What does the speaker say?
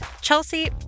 Chelsea